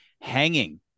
hanging